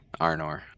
Arnor